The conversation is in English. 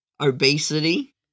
obesity